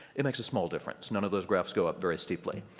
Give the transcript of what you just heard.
it makes a small difference. none of those graphs go up very steeply.